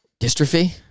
dystrophy